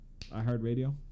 iHeartRadio